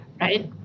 right